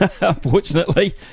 unfortunately